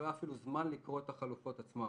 לא היה אפילו זמן לקרוא את החלופות עצמן.